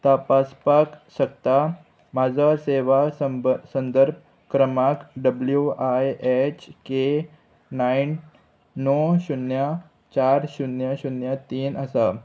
तपासपाक शकता म्हाजो सेवा संब संदर्भ क्रमांक W I H K nine णव शुन्य चार शुन्य शुन्य तीन आसा